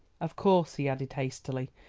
of course, he added hastily,